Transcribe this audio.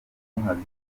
muhazi